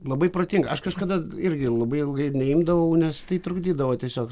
labai protinga aš kažkada irgi labai ilgai neimdavau nes tai trukdydavo tiesiog